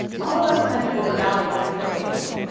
all of us tend to overvalue exploitation.